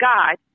God